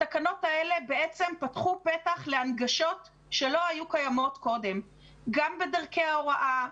התקנות האלה פתחו פתח להנגשות שלא היו קיימות קודם גם בדרכי ההוראה,